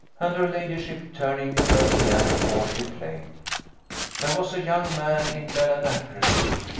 and her ladyship, turning to her piano-forte, played there was a young man in ballinacrasy,